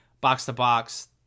box-to-box